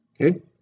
Okay